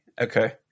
Okay